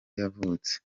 yavutse